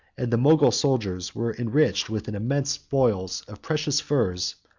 and the mogul soldiers were enriched with an immense spoil of precious furs,